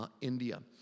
India